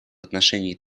отношении